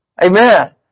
amen